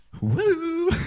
woo